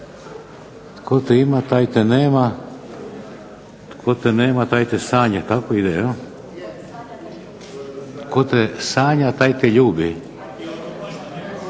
te ima, taj te nema, tko te nema taj sanja, tako ide jel? Tko te sanja taj te ljubi,